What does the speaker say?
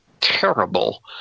terrible